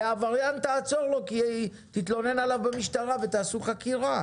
לעבריין תעצור, תתלונן עליו במשטרה ותעשו חקירה